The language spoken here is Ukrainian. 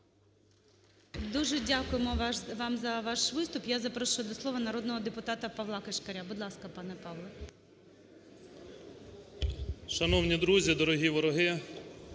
Дуже дякуємо вам за ваш виступ. Я запрошую до слова народного депутата Павла Кишкаря. Будь ласка, пане Павле. 10:25:07 КИШКАР П.М. Шановні друзі! Дороги вороги!